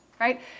right